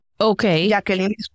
Okay